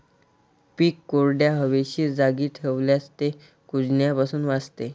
पीक कोरड्या, हवेशीर जागी ठेवल्यास ते कुजण्यापासून वाचते